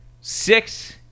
six